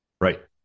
Right